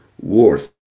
worth